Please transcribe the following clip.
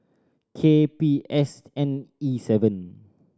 K P S N E seven